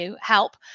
help